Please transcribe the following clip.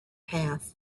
path